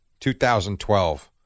2012